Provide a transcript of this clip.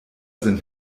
sind